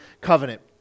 covenant